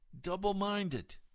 double-minded